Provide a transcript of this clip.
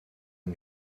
yng